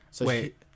Wait